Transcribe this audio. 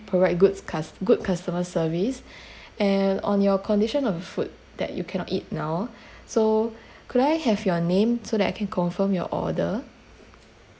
provide goods cus~ good customer service and on your condition of the food that you cannot eat now so could I have your name so that I can confirm your order